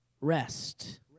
Rest